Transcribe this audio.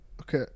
Okay